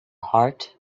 heart